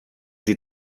sie